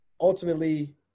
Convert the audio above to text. ultimately